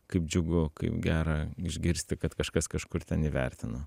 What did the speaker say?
kaip džiugu kaip gera išgirsti kad kažkas kažkur ten įvertino